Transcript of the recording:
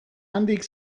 handik